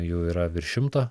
jų yra virš šimto